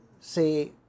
say